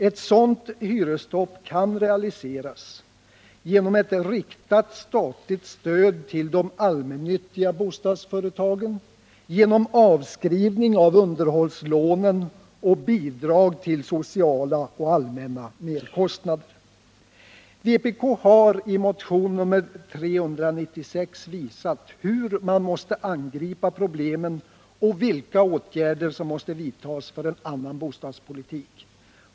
Ett sådant hyresstopp kan realiseras genom ett riktat statligt stöd till de allmännyttiga bostadsföretagen genom avskrivning av underhållslånen och bidrag till sociala och allmänna merkostnader. Vpk har i motion nr 396 visat hur man måste angripa problemen och vilka åtgärder som måste vidtas för en annan bostadspolitik.